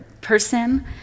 person